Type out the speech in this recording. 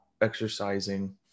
exercising